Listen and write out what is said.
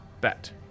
bet